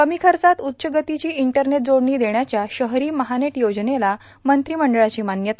कमी खर्चात उच्च गतीची इंटरनेट जोडणी देण्याच्या शहरी महानेट योजनेला मंत्रिमंडळाची मान्यता